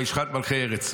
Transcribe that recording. וישחט מלכי ארץ.